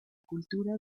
cultura